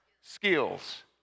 skills